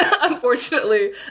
unfortunately